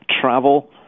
travel